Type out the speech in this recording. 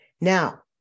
Now